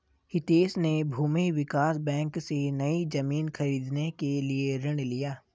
हितेश ने भूमि विकास बैंक से, नई जमीन खरीदने के लिए ऋण लिया